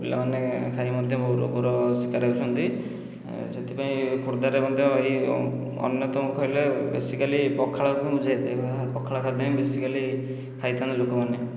ପିଲାମାନେ ଖାଇ ମଧ୍ୟ ବହୁ ରୋଗର ଶିକାର ହେଉଚନ୍ତି ସେଥିପାଇଁ ଖୋର୍ଦ୍ଧାରେ ମଧ୍ୟ ଏହି ଅନ୍ୟତମ କହିଲେ ବେସିକାଲି ପଖାଳକୁ ବୁଝାଇଯାଏ ପଖାଳ ଖାଦ୍ୟ ହିଁ ବେସିକାଲି ଖାଇଥାଆନ୍ତି ଲୋକମାନେ